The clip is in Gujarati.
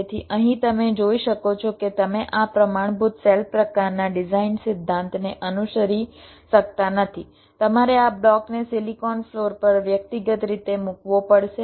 તેથી અહીં તમે જોઈ શકો છો કે તમે આ પ્રમાણભૂત સેલ પ્રકારના ડિઝાઇન સિદ્ધાંતને અનુસરી શકતા નથી તમારે આ બ્લોકને સિલિકોન ફ્લોર પર વ્યક્તિગત રીતે મૂકવો પડશે